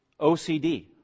OCD